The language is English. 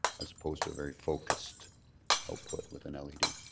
as opposed to a very focused out put with an